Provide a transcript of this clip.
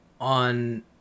on